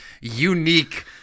unique